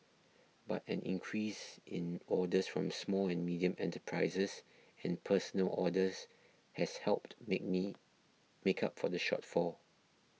but an increase in orders from small and medium enterprises and personal orders has helped make me make up for the shortfall